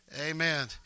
Amen